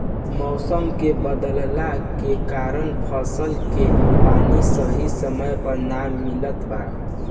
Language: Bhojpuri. मउसम के बदलला के कारण फसल के पानी सही समय पर ना मिलत बा